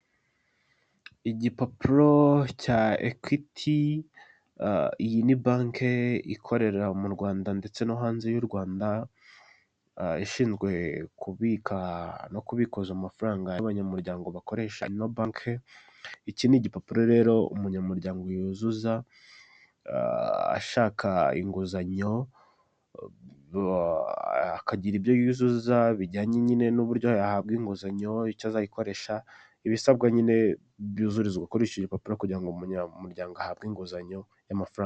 Igipapuro cya ekwiti iyi ni banki ikorera mu Rwanda ndetse no hanze y'u Rwanda ishinzwe kubika no kubikuza amafaranga y'abanyamuryango bakoreshao ino banki, iki ni igipapuro rero umunyamuryango yuzuza ashaka inguzanyo akagira ibyo yuzuza bijyanye nyine n'uburyo yahabwa inguzanyo, icyo azayikoresha ibisabwa nyine byuzurizwa kuri iki gipapuro kugira ngo umunyamuryango ahabwe inguzanyo y'amafaranga.